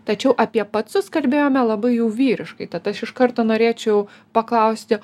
tačiau apie pacus kalbėjome labai jau vyriškai tad aš iš karto norėčiau paklausti